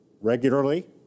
regularly